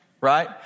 right